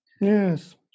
Yes